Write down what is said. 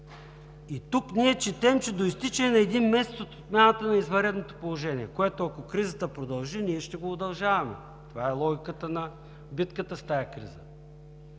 И тук ние четем, че: до изтичане на един месец от отмяната на извънредното положение, което, ако кризата продължи, ние ще го удължаваме. Това е логиката на битката с тази криза.